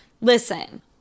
Listen